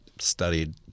Studied